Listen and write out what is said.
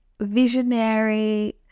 visionary